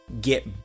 Get